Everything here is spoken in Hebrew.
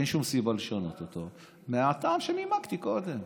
אין שום סיבה לשנות אותו מהטעם שנימקתי קודם.